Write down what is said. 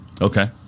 okay